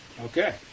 Okay